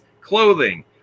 clothing